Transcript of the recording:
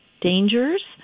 dangers